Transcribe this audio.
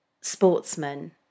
sportsman